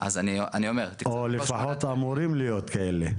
או לפחות אמורים להיות כאלה.